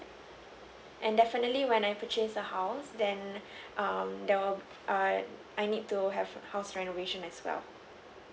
and definitely when I purchased a house then um that would err I need to have house renovation as well